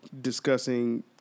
discussing